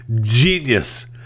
genius